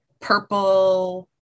purple